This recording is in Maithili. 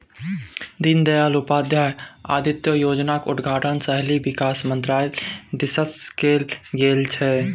दीनदयाल उपाध्याय अंत्योदय योजनाक उद्घाटन शहरी विकास मन्त्रालय दिससँ कैल गेल छल